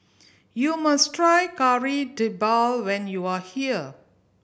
you must try Kari Debal when you are here